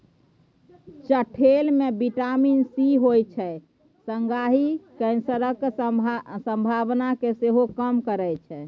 चठेल मे vitamin C होइ छै संगहि कैंसरक संभावना केँ सेहो कम करय छै